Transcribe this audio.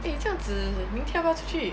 eh 这样子明天要不要出去